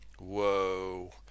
Whoa